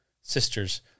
sister's